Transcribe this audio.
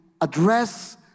address